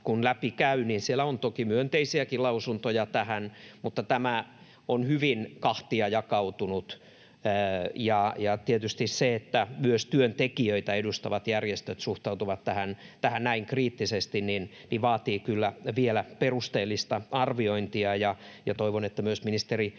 kun läpi käy, niin siellä on toki myönteisiäkin lausuntoja tähän, mutta tämä on hyvin kahtia jakautunutta. Ja tietysti se, että myös työntekijöitä edustavat järjestöt suhtautuvat tähän näin kriittisesti, vaatii kyllä vielä perusteellista arviointia. Toivon, että myös ministeri